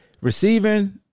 Receiving